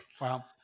Wow